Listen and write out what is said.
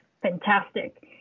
Fantastic